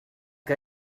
que